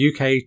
UK